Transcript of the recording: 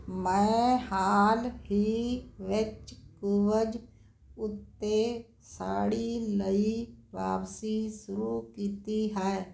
ਮੈਂ ਹਾਲ ਹੀ ਵਿੱਚ ਕੂਵਜ਼ ਉੱਤੇ ਸਾੜੀ ਲਈ ਵਾਪਸੀ ਸ਼ੁਰੂ ਕੀਤੀ ਹੈ